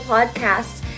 Podcasts